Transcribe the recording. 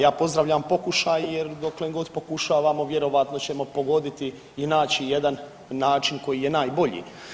Ja pozdravljam pokušaj jer doklen god pokušavamo vjerojatno ćemo pogoditi i naći jedan način koji je najbolji.